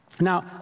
Now